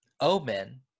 omen